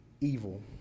evil